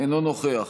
אינו נוכח